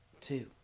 Two